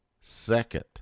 second